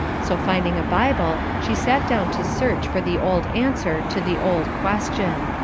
so finding a bible, she sat down to search for the old answer to the old question.